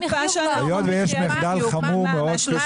--- היות שיש מחדל חמור מאוד כפי